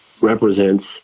represents